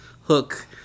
hook